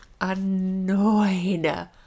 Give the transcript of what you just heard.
annoyed